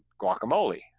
guacamole